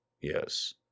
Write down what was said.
yes